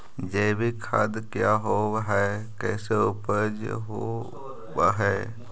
जैविक खाद क्या होब हाय कैसे उपज हो ब्हाय?